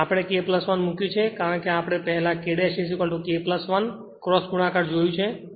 આપણે K 1 મુક્યું છે કારણ કે આપણે પહેલા K K 1 ક્રોસ ગુણાકાર જોયું છે